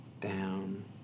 down